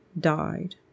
died